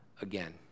again